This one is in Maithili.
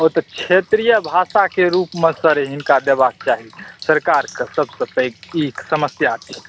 ओतऽ क्षेत्रिे य भाषाके रूपमे सर हिनका देबाक चाही सरकारक सबसे पैघ ई समस्या छै